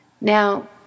Now